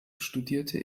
studierte